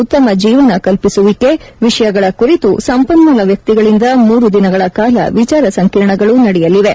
ಉತ್ತಮ ಜೀವನ ಕಲ್ಲಿಸುವಿಕೆ ಈ ವಿಷಯಗಳ ಕುರಿತು ಸಂಪನ್ನೂಲ ವ್ಯಕ್ತಿಗಳಿಂದ ಮೂರು ದಿನಗಳ ಕಾಲ ವಿಚಾರ ಸಂಕಿರಣಗಳು ನಡೆಯಲಿವೆ